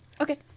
Okay